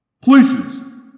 Places